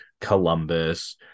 Columbus